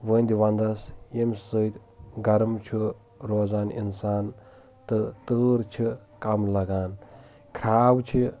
ؤندۍ وۄندس ییٚمہِ سۭتۍ گرم چھُ روزان انسان تہٕ تۭر چھِ کم لگان کھراو چھِ